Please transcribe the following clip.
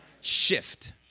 shift